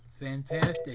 Fantastic